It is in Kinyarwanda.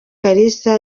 kaliza